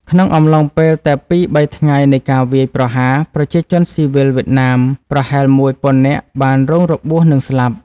ក្នុងអំឡុងពេលតែពីរ-បីថ្ងៃនៃការវាយ ប្រហារ ប្រជាជនស៊ីវិលវៀតណាម ប្រហែលមួយ ពាន់នាក់បានរងរបួសនិងស្លាប់។